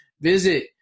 visit